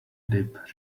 dip